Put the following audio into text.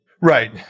Right